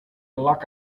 lock